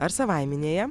ar savaiminėje